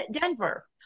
Denver